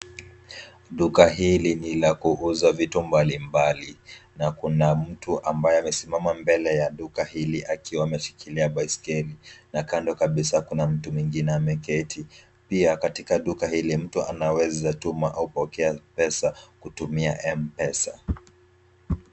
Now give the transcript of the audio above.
Duka hili ni la kuuza vitu mbalimbali. Na kuna mtu ambaye amesimama mbele ya duka hili akiwa ameshikilia baiskeli. Na kando kabisa kuna mtu mwingine ameketi. Pia katika duka hili mtu anaweza tuma ua kupokea pesa kutumia M-Pesa.